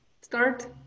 start